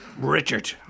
Richard